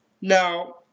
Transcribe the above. Now